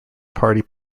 party